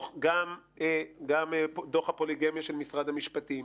גם דוח הפוליגמיה של משרד המשפטים,